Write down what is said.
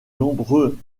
nombreux